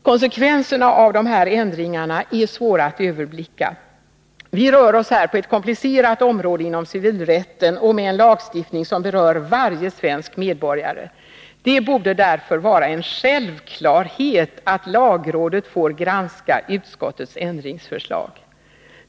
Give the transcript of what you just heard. Konsekvenserna av dessa ändringar är svåra att överblicka. Vi rör oss här på ett komplicerat område inom civilrätten och med en lagstiftning som berör varje svensk medborgare. Det borde därför vara en självklarhet att lagrådet får granska utskottets ändringsförslag.